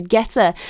getter